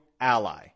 ally